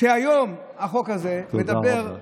היום החוק הזה מדבר, תודה רבה.